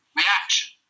reaction